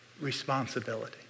responsibility